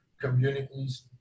communities